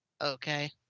okay